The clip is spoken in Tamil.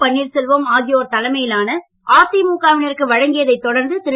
பன்னீர்செல்வம் ஆகியோர் தலைமையிலான அதிமுக வினருக்கு வழங்கியதை தொடர்ந்து திரு